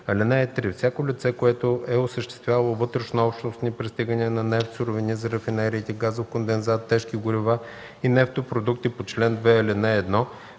година. (3) Всяко лице, което е осъществявало вътрешнообщностни пристигания на нефт, суровини за рафинериите, газов кондензат, тежки горива и нефтопродукти по чл. 2, ал. 1